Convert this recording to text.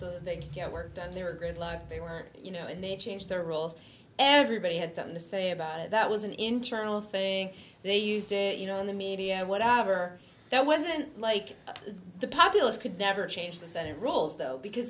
rules they can't work that they were gridlocked they were you know and they change their rules everybody had something to say about it that was an internal thing they used it you know in the media whatever that wasn't like the populous could never change the senate rules though because